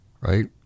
right